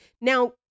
Now